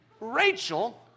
rachel